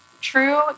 True